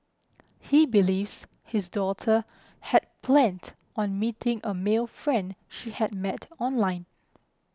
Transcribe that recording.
he believes his daughter had planned on meeting a male friend she had met online